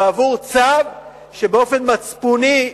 בעבור צו שבאופן מצפוני,